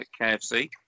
KFC